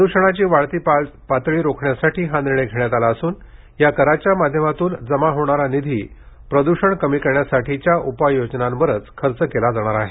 प्रदूषणाची वाढती पातळी रोखण्यासाठी हा निर्णय घेण्यात आला असून या कराच्या माध्यमातून जमा होणारा निधी प्रदूषण कमी करण्यासाठीच्या उपाय योजनांवरच खर्च केला जाणार आहे